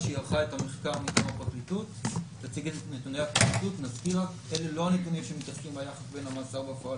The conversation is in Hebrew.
(עונש מזערי על החזקת נשק בלא רשות על פי דין),